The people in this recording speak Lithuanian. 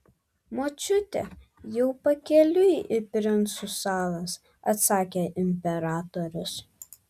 močiutė jau pakeliui į princų salas atsakė imperatorius